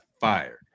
fired